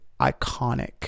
iconic